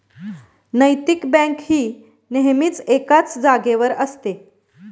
नैतिक बँक ही नेहमीच एकाच जागेवर असते